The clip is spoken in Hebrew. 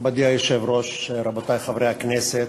מכובדי היושב-ראש, רבותי חברי הכנסת,